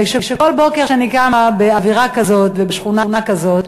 ובכל בוקר שאני קמה באווירה כזאת ובשכונה כזאת,